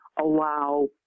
allow